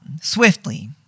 swiftly